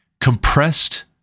compressed